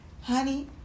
Honey